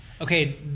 Okay